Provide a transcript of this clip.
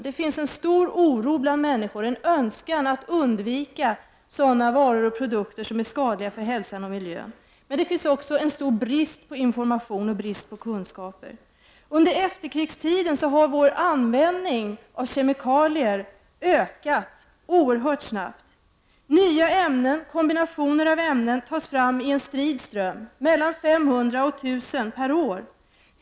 Det finns en stark oro bland människor och en önskan att undvika sådana produkter som är skadliga för hälsan och miljön, men bristen på information och kunskaper är stor. Under efterkrigstiden har användningen av kemikalier ökat oerhört snabbt. Nya ämnen och kombinationer av ämnen tas fram i en strid ström — mellan 500 och 1 000 per år.